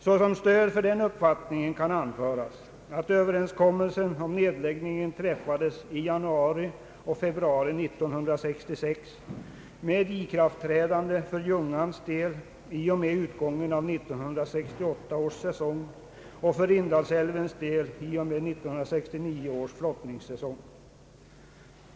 Såsom stöd för den uppfattningen kan anföras att överenskommelsen om nedläggningen träffades i januari och februari 1966 med ikraftträdande för Ljungans del i och med utgången av 1968 års säsong och för Indalsälvens del i och med 1969 års flottningssäsong.